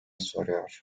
soruyor